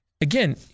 again